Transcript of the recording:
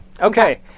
Okay